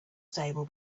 stable